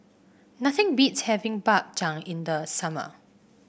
nothing beats having Bak Chang in the summer